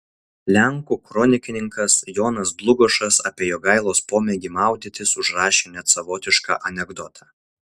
lenkų kronikininkas jonas dlugošas apie jogailos pomėgį maudytis užrašė net savotišką anekdotą